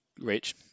Rich